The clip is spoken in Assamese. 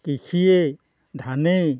কৃষিয়েই ধানেই